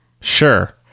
Sure